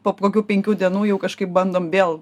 po kokių penkių dienų jau kažkaip bandom vėl